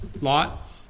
Lot